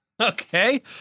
Okay